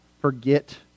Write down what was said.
forget